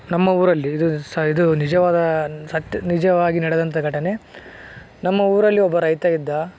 ನಮ್ಮ ಊರಲ್ಲಿ ಇದು ಸಹ ಇದು ನಿಜವಾದ ಸಟ್ ನಿಜವಾಗಿ ನಡೆದಂತ ಘಟನೆ ನಮ್ಮ ಊರಲ್ಲಿ ಒಬ್ಬ ರೈತ ಇದ್ದ